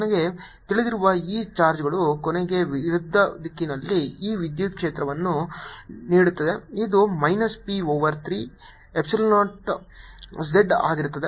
ನನಗೆ ತಿಳಿದಿರುವ ಈ ಚಾರ್ಜ್ಗಳು ನನಗೆ ವಿರುದ್ಧ ದಿಕ್ಕಿನಲ್ಲಿ e ವಿದ್ಯುತ್ ಕ್ಷೇತ್ರವನ್ನು ನೀಡುತ್ತದೆ ಇದು minus P over 3 epsilon 0 z ಆಗಿರುತ್ತದೆ